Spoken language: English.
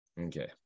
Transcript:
okay